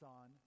on